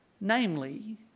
Namely